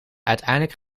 uiteindelijk